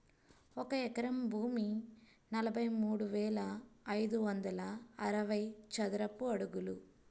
ఒక ఎకరం భూమి నలభై మూడు వేల ఐదు వందల అరవై చదరపు అడుగులు